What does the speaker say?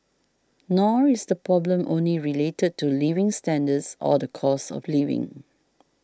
nor is the problem only related to living standards or the cost of living